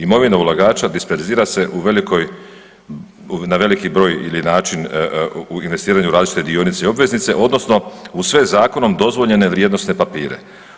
Imovina ulagača disperzira se u velikoj, na veliki broj ili način u investiranju u različite dionice ili obveznice, odnosno u sve zakonom dozvoljene vrijednosne papire.